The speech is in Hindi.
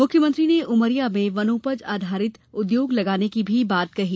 मुख्यमंत्री ने उमरिया में वनोपज आधारित उद्योग लगाने की भी बात कही